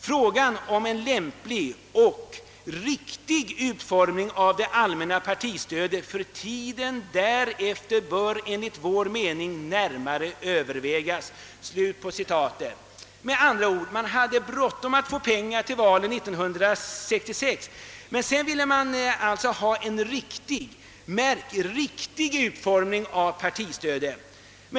Frågan om en lämplig och riktig utformning av det allmänna partistödet för tiden därefter bör enligt vår mening närmare Övervägas.» Med andra ord, man hade bråttom att få pengar till valet 1966, men sedan ville man ha en riktig — märk riktig — utformning av partistödet.